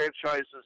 franchises